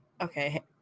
Okay